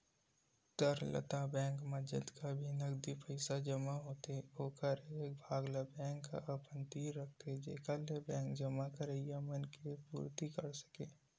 तरलता बेंक म जतका भी नगदी पइसा जमा होथे ओखर एक भाग ल बेंक ह अपन तीर रखथे जेखर ले बेंक जमा करइया मनखे के पुरती कर सकय